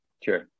Sure